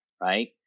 right